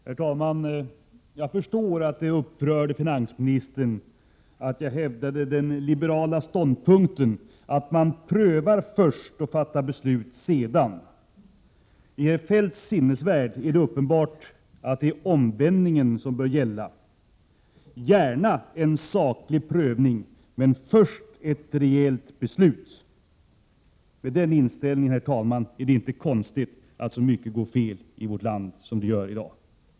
Herr talman! Jag förstår att det upprörde finansministern att jag hävdade den liberala ståndpunkten att man prövar först och fattar beslut sedan. I herr Feldts sinnevärld är det uppenbart att det omvända förhållandet bör gälla: gärna en saklig prövning men först ett rejält beslut. Med den inställningen, herr talman, är det inte konstigt att så mycket går fel i vårt land som det gör i dag.